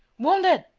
wounded?